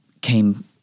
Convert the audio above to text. came